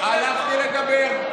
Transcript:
הלכתי לדבר.